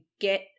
get